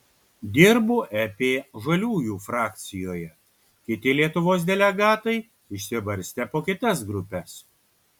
dirbu ep žaliųjų frakcijoje kiti lietuvos delegatai išsibarstę po kitas grupes